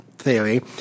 Theory